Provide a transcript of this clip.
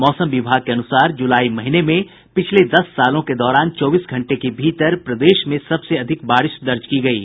मौसम विभाग के अनुसार जुलाई महीने में पिछले दस सालों के दौरान चौबीस घंटे के भीतर प्रदेश में सबसे अधिक बारिश दर्ज की गयी